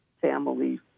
family